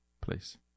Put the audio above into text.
Please